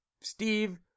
Steve